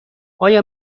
آیا